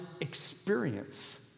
experience